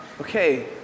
Okay